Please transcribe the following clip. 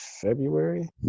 February